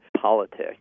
politics